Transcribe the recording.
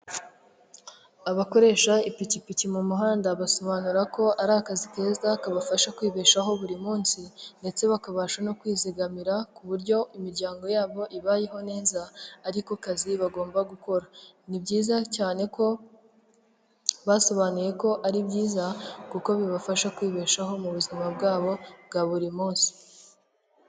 Umuhanda ukoze neza hagati harimo umurongo w'umweru wihese, umuntu uri ku kinyabiziga cy'ikinyamitende n'undi uhagaze mu kayira k'abanyamaguru mu mpande zawo hari amazu ahakikije n'ibyuma birebire biriho insinga z'amashanyarazi nyinshi.